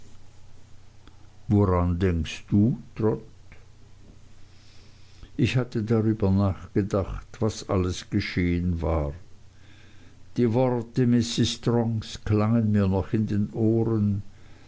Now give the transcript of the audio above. woran denkst du trot ich hatte darüber nachgedacht was alles geschehen war die worte mrs strongs klangen mir noch in den ohren